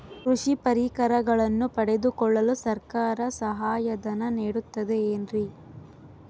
ಕೃಷಿ ಪರಿಕರಗಳನ್ನು ಪಡೆದುಕೊಳ್ಳಲು ಸರ್ಕಾರ ಸಹಾಯಧನ ನೇಡುತ್ತದೆ ಏನ್ರಿ?